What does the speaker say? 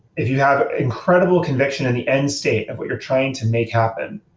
if you have incredible conviction on the end state of what you're trying to make happen,